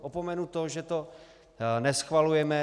Opomenu to, že to neschvalujeme.